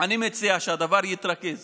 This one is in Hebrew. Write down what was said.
אני מציע שהדבר יתרכז